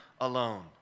alone